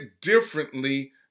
differently